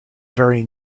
very